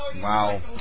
Wow